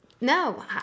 no